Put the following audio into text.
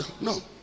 no